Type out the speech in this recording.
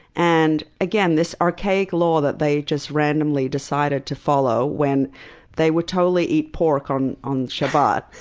and again, this archaic lore that they just randomly decided to follow when they would totally eat pork on on shabbat.